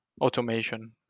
automation